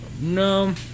No